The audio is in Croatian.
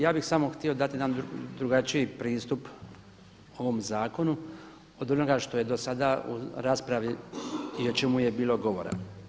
Ja bih samo htio dati jedan drugačiji pristup ovom zakonu od onoga što je do sada u raspravi i o čemu je bilo govora.